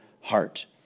heart